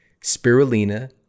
Spirulina